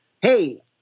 hey